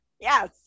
Yes